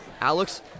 Alex